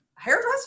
hairdresser